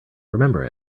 remember